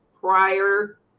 prior